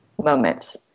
moments